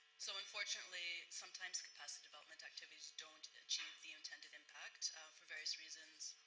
so unfortunately, sometimes capacity development activities don't achieve the intended impact for various reasons.